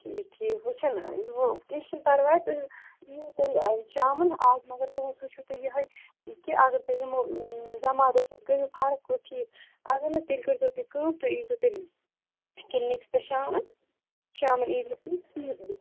ٹھیٖک ٹھیٖک وُچھو نہ وۄنۍ کیٚنٛہہ چھُنہٕ پَرواے تُہۍ یِیِو تیٚلہِ شامَن آز مگر دۄہَس وُچھُو تُہۍ یِہَے کہِ اگر تُہۍ یِمو بیمارٮ۪و سۭتۍ گٔیو فرق ہُہ ٹھیٖک اگر نہٕ تیٚلہِ کٔرزیٚو تُہۍ کٲم تُہۍ ییٖزیٚو تیٚلہِ کِلنِکَس پٮ۪ٹھ شامَن شامَن ییٖزیٚو تُہۍ شیٚیہِ بَجہِ